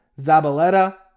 Zabaleta